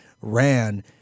ran